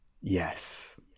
Yes